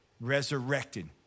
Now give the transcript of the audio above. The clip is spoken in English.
Resurrected